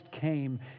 came